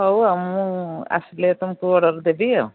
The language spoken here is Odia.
ହଉ ଆଉ ମୁଁ ଆସିଲେ ତୁମକୁ ଅର୍ଡ଼ର ଦେବି ଆଉ